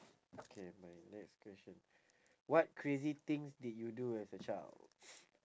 okay my next question what crazy things did you do as a child